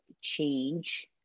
change